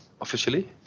Officially